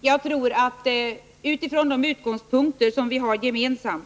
Jag tror att det bästa sättet är att utifrån de utgångspunkter som vi har gemensamma